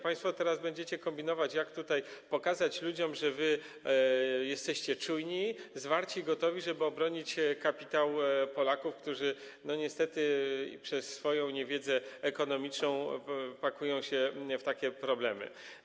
Państwo teraz będziecie kombinować, jak tutaj pokazać ludziom, że jesteście czujni, zwarci i gotowi, żeby obronić kapitał Polaków, którzy niestety przez swoją niewiedzę ekonomiczną pakują się w takie problemy.